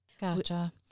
Gotcha